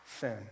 sin